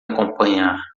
acompanhar